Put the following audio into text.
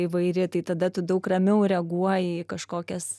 įvairi tai tada tu daug ramiau reaguoji į kažkokias